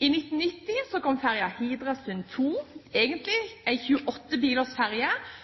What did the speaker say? I 1990 kom ferja «Hidrasund II» – egentlig en 28 bilers ferje,